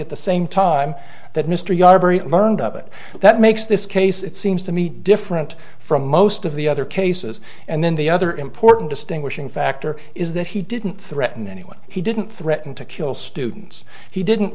at the same time that mr yobbery learned of it that makes this case it seems to me different from most of the other cases and then the other important distinguishing factor is that he didn't threaten anyone he didn't threaten to kill students he didn't